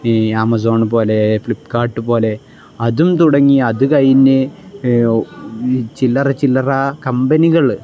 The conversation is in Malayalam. ആമസോൺ പോലെ ഫ്ലിപ്പ്കാർട്ട് പോലെ അതും തുടങ്ങി അതു കഴിഞ്ഞ് ചില്ലറ ചില്ലറ കമ്പനികൾ